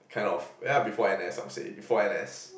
kind of yeah before N_S I would say before N_S